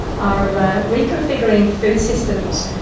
are reconfiguring food systems,